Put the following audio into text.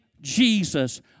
Jesus